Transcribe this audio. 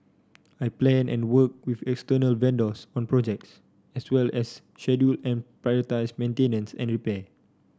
I plan and work with external vendors on projects as well as schedule and prioritise maintenance and repair